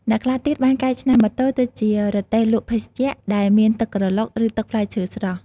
អ្នកខ្លះទៀតបានកែច្នៃម៉ូតូទៅជា រទេះលក់ភេសជ្ជៈ ដែលមានទឹកក្រឡុក ឬទឹកផ្លែឈើស្រស់។